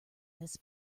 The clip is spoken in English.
this